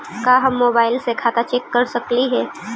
का हम मोबाईल से खाता चेक कर सकली हे?